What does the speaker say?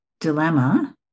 Dilemma